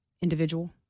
individual